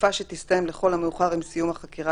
לתקופה שתסתיים לכל המאוחר עם סיום החקירה